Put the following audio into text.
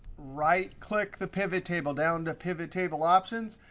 right click the pivottable down to pivottable options.